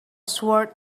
sword